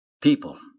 People